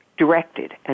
directed